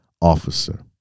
officer